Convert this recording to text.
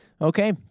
Okay